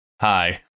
Hi